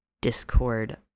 Discord